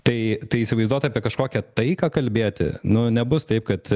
tai tai įsivaizduot apie kažkokią taiką kalbėti nu nebus taip kad